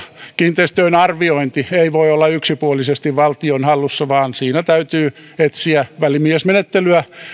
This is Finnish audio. kiinteistöjen arviointi ei voi olla yksipuolisesti valtion hallussa vaan siinä täytyy etsiä välimiesmenettelyn